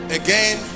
again